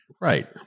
Right